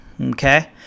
Okay